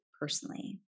personally